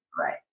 Right